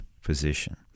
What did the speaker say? physician